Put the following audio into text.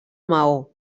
maó